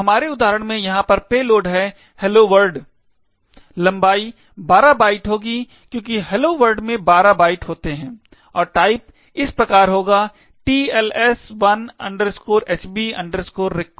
तो हमारे उदाहरण में यहाँ पर पेलोड हैलो वर्ल्ड होगा लंबाई 12 बाइट होगी क्योंकि हैलो वर्ल्ड में 12 बाइट होते हैं और टाइप इस प्रकार होगा TLS1 HB REQUEST